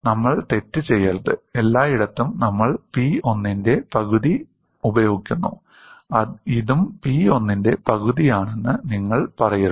നമ്മൾ തെറ്റ് ചെയ്യരുത് എല്ലായിടത്തും നമ്മൾ P1 ന്റെ പകുതി ഉപയോഗിക്കുന്നു ഇതും P1 ന്റെ പകുതിയാണെന്ന് നിങ്ങൾ പറയരുത്